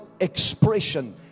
expression